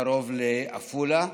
קרוב לעפולה.